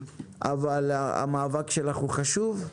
המאבק שלך הוא חשוב,